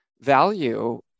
value